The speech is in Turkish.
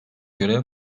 göre